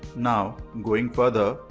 now going further.